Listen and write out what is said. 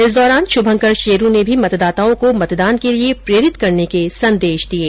इस दौरान शुभंकर शेरू ने भी मतदाताओं को मतदान के लिये प्रेरित करने के संदेश दिये